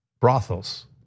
brothels